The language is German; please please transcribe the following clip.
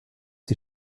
die